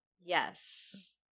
Yes